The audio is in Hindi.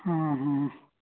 हाँ हाँ